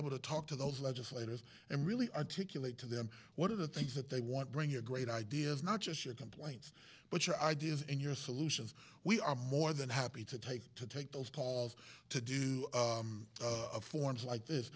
able to talk to those legislators and really articulate to them what are the things that they want bring a great ideas not just your complaints but your ideas and your solutions we are more than happy to take to take those calls to do forums like this